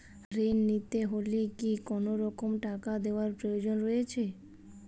ঋণ নিতে হলে কি কোনরকম টাকা দেওয়ার প্রয়োজন রয়েছে?